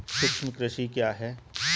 सूक्ष्म कृषि क्या है?